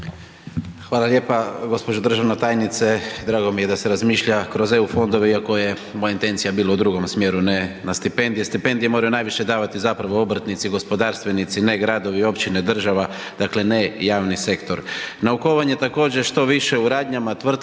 Hvala lijepa. Gđo. državna tajnice, drago mi je da se razmišlja kroz EU fondove iako je moja intencija bila u drugom smjeru, ne na stipendije, stipendije moraju najviše davati zapravo obrtnici, gospodarstvenici ne gradovi, općine, država, dakle ne javni sektor. Naukovanje također što više u radnjama, tvrtkama,